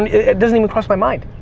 it doesn't even cross my mind.